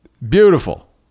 Beautiful